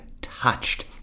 touched